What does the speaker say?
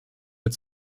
mit